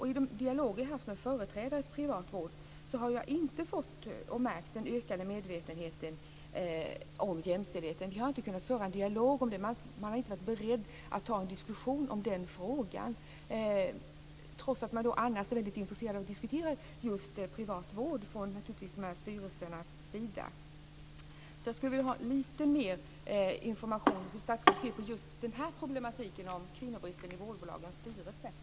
I de dialoger jag har haft med företrädare för privat vård har jag inte märkt den ökade medvetenheten om jämställdheten. Vi har inte kunnat föra en dialog om detta. Man har inte varit beredd att ta en diskussion i frågan, trots att man annars i styrelserna är intresserad av att diskutera privat vård. Jag skulle vilja ha lite mer information om hur statsrådet ser på just problemen med kvinnobristen i vårdbolagens styrelser.